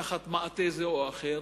תחת מעטה זה או אחר,